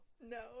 No